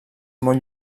molt